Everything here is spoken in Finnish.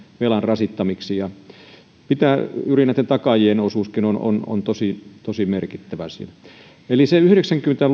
velan rasittamiksi juuri näitten takaajien osuuskin on on tosi tosi merkittävä asia eli yhdeksänkymmentä